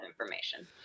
information